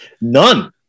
None